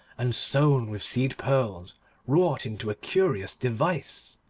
and sewn with seed-pearls wrought into a curious device.